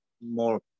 more